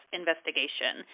investigation